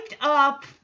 up